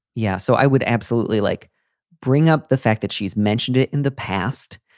yeah. so i would absolutely like bring up the fact that she's mentioned it in the past,